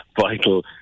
vital